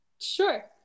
Sure